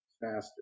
faster